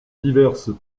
diverses